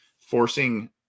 forcing